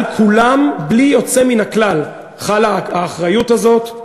על כולם בלי יוצא מן הכלל חלה האחריות הזאת,